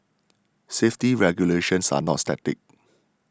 safety regulations are not static